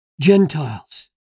Gentiles